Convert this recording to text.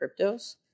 cryptos